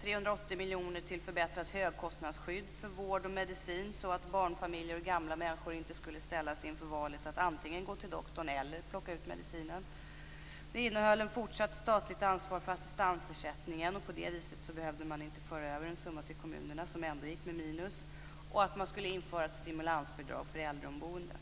380 miljoner till förbättrat högkostnadsskydd för vård och medicin så att barnfamiljer och gamla människor inte skall ställas inför valet att antingen gå till doktorn eller ta ut medicinen. Den innehöll ett fortsatt statligt ansvar för assistansersättningen - på det viset behövde man inte föra över en summa till kommunerna som ändå gick med minus - och ett förslag om att man skulle införa ett stimulansbidrag för äldreboende.